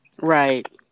right